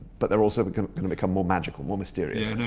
but they're also but kind of going to become more magical, more mysterious.